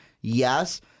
Yes